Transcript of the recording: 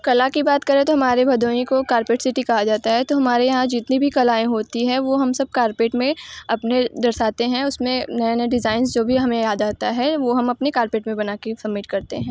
कला की बात करे तो हमारे भदोही को कारपेट सिटी कहा जाता है तो हमारे यहाँ जितनी भी कलाऍं होती हैं वो हम सब कार्पेट में अपने दर्शाते हैं उस में नए नए डिज़ाइंज़ जो भी हमें याद आता है वो हम अपने कार्पेट में बना के सम्मिट करते हैं